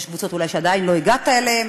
יש אולי קבוצות שעדיין לא הגעת אליהן,